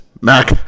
Mac